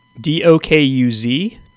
D-O-K-U-Z